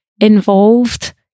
involved